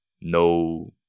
no